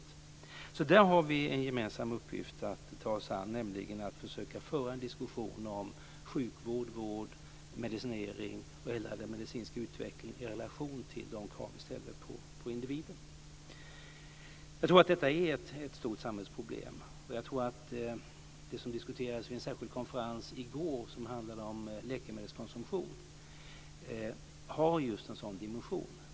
I det här avseendet har vi en gemensam uppgift att ta oss an, nämligen att försöka föra en diskussion om sjukvård, vård, medicinering och hela den medicinska utvecklingen i relation till de krav som vi ställer på individen. Jag tror att detta är ett stort samhällsproblem, och jag tror att det som diskuterades vid en särskild konferens i går som handlade om läkemedelskonsumtion just har en sådan dimension.